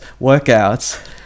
workouts